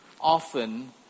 often